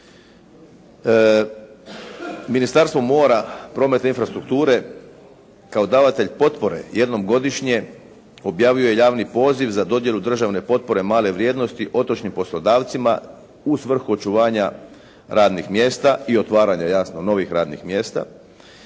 Ministarstvo mora, prometa i infrastrukture kao davatelj potpore jednom godišnje objavljuje javni poziv za dodjelu državne potpore male vrijednosti otočnim poslodavcima u svrhu očuvanja radnih mjesta i otvaranje jasno novih radnih mjesta